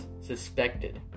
suspected